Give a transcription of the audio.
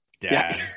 Dad